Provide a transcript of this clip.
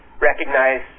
recognize